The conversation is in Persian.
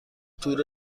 تور